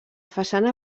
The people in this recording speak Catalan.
façana